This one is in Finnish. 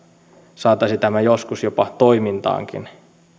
saataisiin tämä joskus jopa toimintaankin